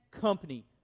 company